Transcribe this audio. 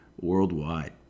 worldwide